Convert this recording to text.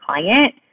client